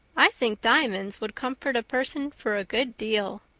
i think diamonds would comfort a person for a good deal.